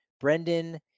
Brendan